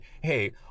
hey